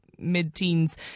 mid-teens